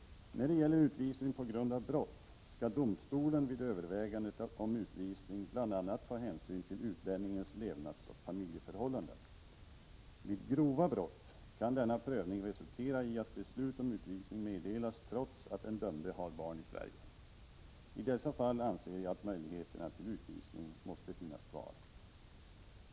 När det gäller utvisning på grund av brott skall domstolen vid övervägandet om utvisning bl.a. ta hänsyn till utlänningens levnadsoch familjeförhållanden. Vid grova brott kan denna prövning resultera i att beslut om utvisning meddelas trots att den dömde har barn i Sverige. I dessa fall anser jag att möjligheter till utvisning måste finnas kvar.